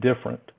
different